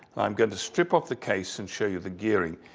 i'm going to strip off the case and show you the gearing.